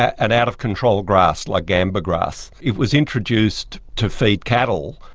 an out-of-control grass like gamba grass, it was introduced to feed cattle.